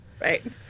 right